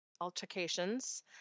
altercations